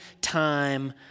time